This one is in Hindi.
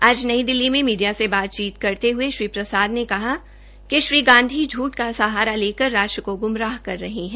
आज नई दिल्ली में मीडिया से बातचीत करते हये श्रीप्रसाद ने कहा कि श्री गांधी झूठ का सहारा लेकर राष्ट्र को ग्मराह कर रहे है